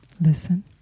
Listen